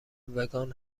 وگان